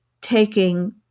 taking